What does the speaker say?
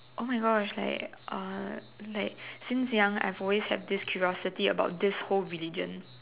oh my Gosh like uh like since young I've always had this curiosity about this whole religion